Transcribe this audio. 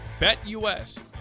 BetUS